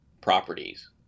properties